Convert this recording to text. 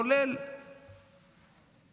כולל